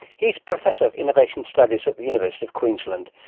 he's professor of innovation studies at the university of queensland.